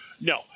No